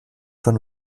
von